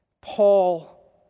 Paul